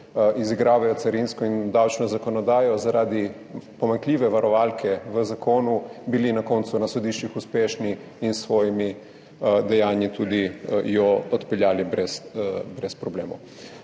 izigravajo carinsko in davčno zakonodajo, zaradi pomanjkljive varovalke v zakonu na koncu na sodiščih uspešni in bi s svojimi dejanji tudi odpeljali brez problemov.